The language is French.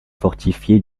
fortifié